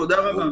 תודה רבה.